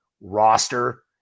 roster